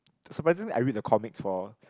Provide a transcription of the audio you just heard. surprisingly I read the comics for